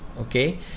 okay